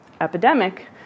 epidemic